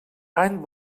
any